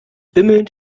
bimmelnd